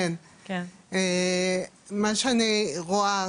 מה שאני רואה,